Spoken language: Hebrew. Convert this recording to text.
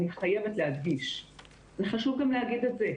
אני חייבת להדגיש וחשוב גם להגיד את זה,